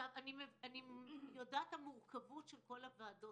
אני יודעת את המורכבות של כל הוועדות,